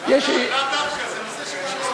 זה נושא,